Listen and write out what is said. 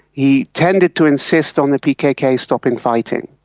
he tended to insist on the pkk stopping fighting.